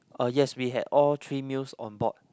uh yes we had all three meals on board